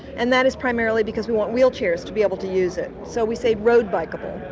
and that is primarily because we want wheelchairs to be able to use it. so we say road bike-able.